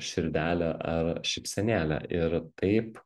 širdelę ar šypsenėlę ir taip